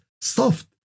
soft